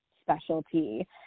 specialty